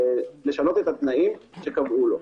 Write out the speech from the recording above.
לשנות את התנאים שקבעו לו.